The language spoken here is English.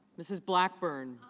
mrs. blackburn